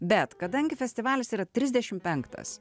bet kadangi festivalis yra trisdešim penktas